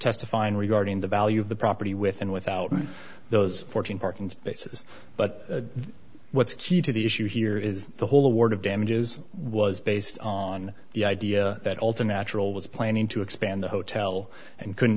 testifying regarding the value of the property with and without those fourteen parking spaces but what's key to the issue here is the whole award of damages was based on the idea that all to natural was planning to expand the hotel and couldn't